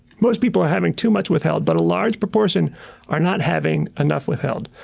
most people are having too much withheld, but a large proportion are not having enough withheld.